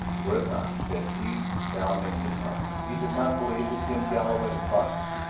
were it not that deep down in his heart he did not believe that jim galloway had lied.